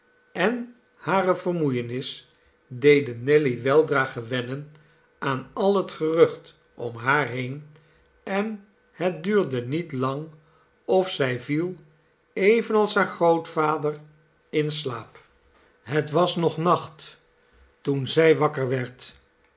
en hare vermoeienis deden nelly weldra gewennen aan al het gerucht om haar heen en het duurde niet lang nelly of zij viel evenals haar grootvader in slaap het was nog nacht toen zij wakker werd